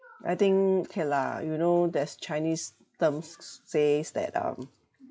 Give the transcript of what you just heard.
I think K lah you know there's chinese terms says that um